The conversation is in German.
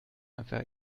einfach